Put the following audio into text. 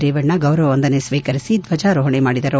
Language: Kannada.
ರೇವಣ್ಣ ಗೌರವ ವಂದನೆ ಸ್ವೀಕರಿಸಿ ಧ್ವಜಾರೋಹಣ ಮಾಡಿದರು